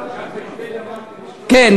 כן,